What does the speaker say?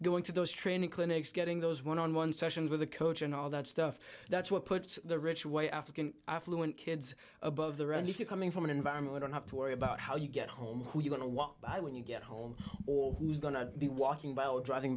going to those training clinics getting those one on one sessions with a coach and all that stuff that's what puts the rich way african affluent kids above the rent if you're coming from an environment and have to worry about how you get home who's going to walk by when you get home or who's going to be walking by or driving